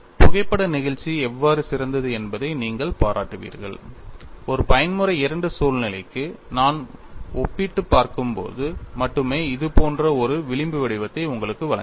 புகைப்பட நெகிழ்ச்சி எவ்வாறு சிறந்தது என்பதை நீங்கள் பாராட்டுவீர்கள் ஒரு பயன்முறை II சூழ்நிலைக்கு நான் ஒப்பிட்டுப் பார்க்கும்போது மட்டுமே இது போன்ற ஒரு விளிம்பு வடிவத்தை உங்களுக்கு வழங்குகிறது